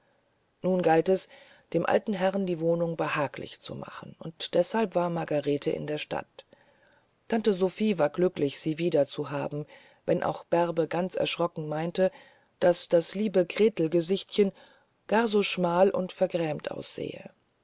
nun galt es dem alten herrn die wohnung behaglich zu machen und deshalb war margarete in der stadt tante sophie war glücklich sie wieder zu haben wenn auch bärbe ganz erschrocken meinte daß das liebe gretelgesichtchen gar so schmal und vergrämt aussehe